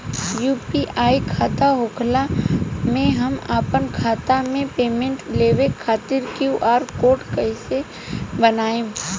UPI खाता होखला मे हम आपन खाता मे पेमेंट लेवे खातिर क्यू.आर कोड कइसे बनाएम?